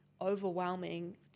overwhelming